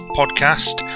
podcast